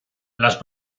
las